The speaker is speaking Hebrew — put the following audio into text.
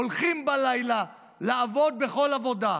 הולכים בלילה לעבוד בכל עבודה,